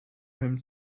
him